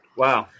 wow